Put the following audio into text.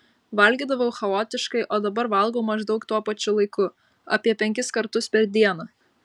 valgydavau chaotiškai o dabar valgau maždaug tuo pačiu laiku apie penkis kartus per dieną